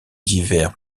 divers